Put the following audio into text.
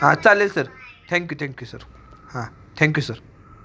हां चालेल sir thank you thank you sir हां थँक्यू सर